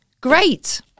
Great